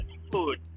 food